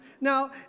Now